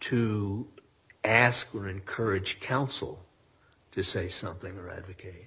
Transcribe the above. to ask or encourage counsel to say something or advocate